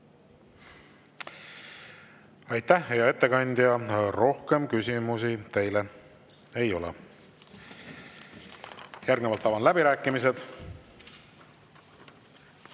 ettekandja! Rohkem küsimusi teile ei ole. Järgnevalt avan läbirääkimised.